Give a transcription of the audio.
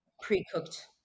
pre-cooked